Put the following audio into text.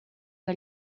que